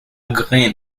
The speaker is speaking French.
grains